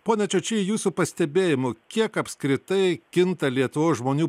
ponia čiočy jūsų pastebėjimu kiek apskritai kinta lietuvos žmonių